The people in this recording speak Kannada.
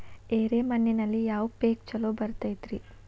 ಎರೆ ಮಣ್ಣಿನಲ್ಲಿ ಯಾವ ಪೇಕ್ ಛಲೋ ಬರತೈತ್ರಿ?